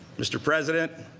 mr. president,